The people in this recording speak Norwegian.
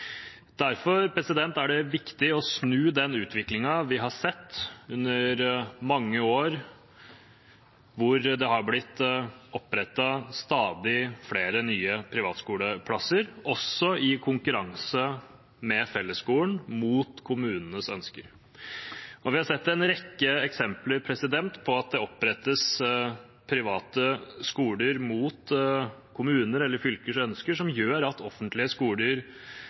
Derfor er det viktig å snu den utviklingen vi har sett gjennom mange år, hvor det har blitt opprettet stadig flere nye privatskoleplasser, også i konkurranse med fellesskolen, mot kommunenes ønsker. Vi har sett en rekke eksempler på at det opprettes private skoler mot kommuners eller fylkers ønsker, som gjør at offentlige skoler